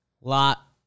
lot